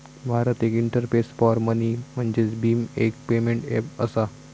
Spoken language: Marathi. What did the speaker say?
भारत इंटरफेस फॉर मनी म्हणजेच भीम, एक पेमेंट ऐप असा